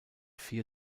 vier